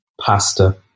Pasta